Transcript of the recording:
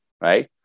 right